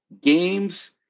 games